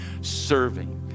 Serving